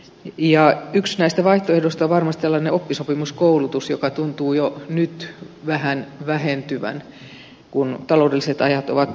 yksi näistä vaihtoehdoista on varmasti tällainen oppisopimuskoulutus joka tuntuu jo nyt vähän vähentyvän kun taloudelliset ajat ovat huonot